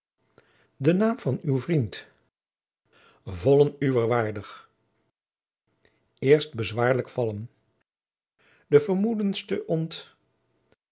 den naam van uw vriend jacob van lennep de pleegzoon vollen uwer waardig eerst bezwaarlijk vallen de vermoedens te